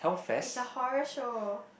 it's a horror show